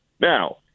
Now